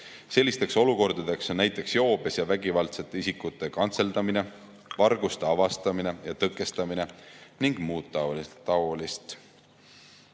Sellisteks olukordadeks on näiteks joobes ja vägivaldsete isikute kantseldamine, varguste avastamine ja tõkestamine ning muud taolist.